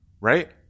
right